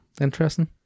Interesting